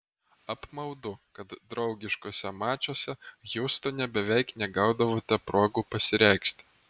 apmaudu kad draugiškuose mačuose hjustone beveik negaudavote progų pasireikšti